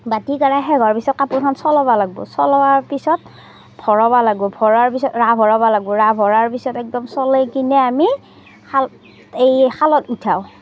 বাতি কৰোৱা শেষ হোৱাৰ পিছত কাপোৰখন চলাব লাগিব চলোৱাৰ পিছত ভৰাব লাগিব ভৰাৰ পিছত ৰাছ ভৰাব লাগিব ৰাছ ভৰোৱাৰ পিছত একদম চলাইকেনে আমি শাল এই শালত উঠাওঁ